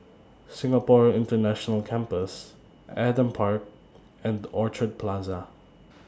Singapore International Campus Adam Park and Orchard Plaza